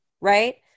Right